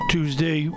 Tuesday